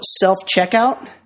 self-checkout